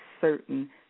certain